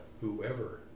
whoever